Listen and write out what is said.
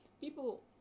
people